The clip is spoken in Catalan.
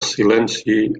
silenci